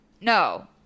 No